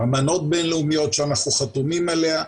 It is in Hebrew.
אמנות בין-לאומיות שאנחנו חתומים עליהן,